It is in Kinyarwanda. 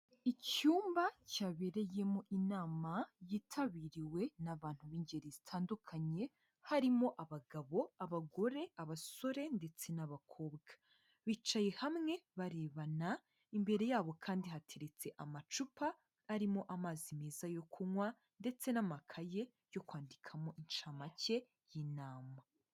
Icyumba cyabereyemo inama yitabiriwe n'abantu b'ingeri zitandukanye, harimo abagabo, abagore, abasore ndetse n'abakobwa, bicaye hamwe barebana, imbere yabo kandi hateretse amacupa arimo amazi meza yo kunywa ndetse n'amakaye yo kwandikamo inshamake y'inama.